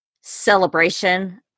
celebration